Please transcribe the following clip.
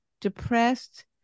depressed